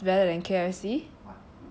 but you know what's better than K_F_C